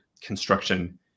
construction